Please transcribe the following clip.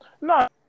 No